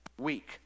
Week